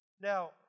Now